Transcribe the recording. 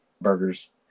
burgers